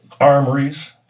armories